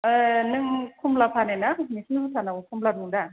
ए नों कमला फानो ना नोंसिनि भुटानाव कमला दं दा